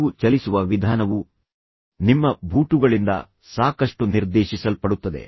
ನೀವು ಚಲಿಸುವ ವಿಧಾನವು ನಿಮ್ಮ ಬೂಟುಗಳಿಂದ ಸಾಕಷ್ಟು ನಿರ್ದೇಶಿಸಲ್ಪಡುತ್ತದೆ